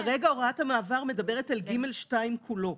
כרגע הוראת המעבר מדברת על (ג2) כולו.